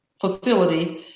facility